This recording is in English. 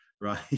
Right